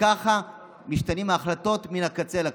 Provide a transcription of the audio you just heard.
וככה משתנות ההחלטות מן הקצה אל הקצה.